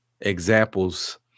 examples